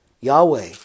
Yahweh